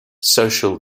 social